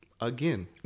again